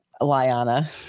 Liana